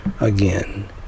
again